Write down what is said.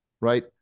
right